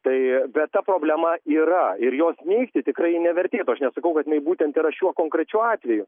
tai bet ta problema yra ir jos neigti tikrai nevertėtų aš nesakau kad jinai būtent šiuo konkrečiu atveju